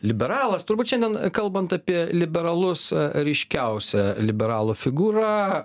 liberalas turbūt šiandien kalbant apie liberalus ryškiausia liberalų figūra